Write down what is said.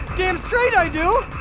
damn straight i do!